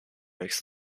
makes